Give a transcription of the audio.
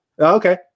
Okay